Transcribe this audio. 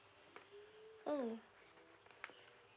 mm